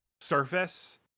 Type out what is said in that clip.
surface